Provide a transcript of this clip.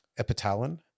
epitalin